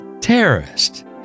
terrorist